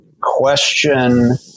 question